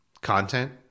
content